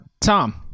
Tom